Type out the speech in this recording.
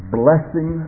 blessing